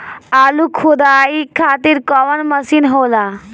आलू खुदाई खातिर कवन मशीन होला?